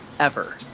ever.